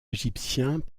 égyptiens